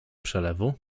przelewu